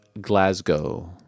Glasgow